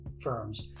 firms